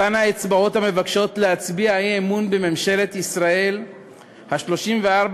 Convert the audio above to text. אותן האצבעות המבקשות להצביע אי-אמון בממשלת ישראל ה-34,